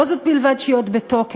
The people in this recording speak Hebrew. לא זאת בלבד שהיא עוד בתוקף,